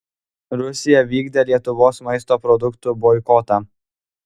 rusija vykdė lietuvos maisto produktų boikotą